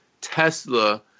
Tesla